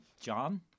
John